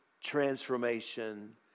transformation